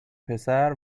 پسر